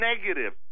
negative